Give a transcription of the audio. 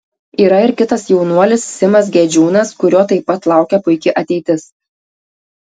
yra ir kitas jaunuolis simas gedžiūnas kurio taip pat laukia puiki ateitis